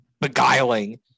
beguiling